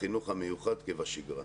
החינוך המיוחד כבשגרה.